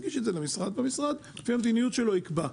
נגיש את זה למשרד, והמשרד יקבע לפי המדיניות שלו.